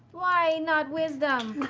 why not wisdom?